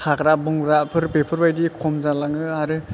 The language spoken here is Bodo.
हाग्रा बंग्राफोर बेफोरबायदि खम जालाङो आरो